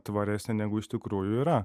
tvaresnė negu iš tikrųjų yra